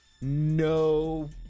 No